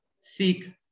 seek